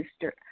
Mr